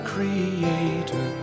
Creator